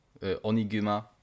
Oniguma